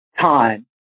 time